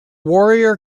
warrior